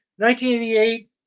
1988